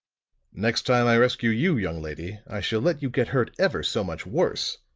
next time i rescue you, young lady, i shall let you get hurt ever so much worse,